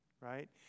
right